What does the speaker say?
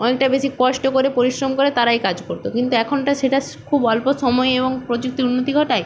অনেকটা বেশি কষ্ট করে পরিশ্রম করে তারা এই কাজ করত কিন্তু এখন তো সেটা খুব অল্প সময় এবং প্রযুক্তির উন্নতি ঘটায়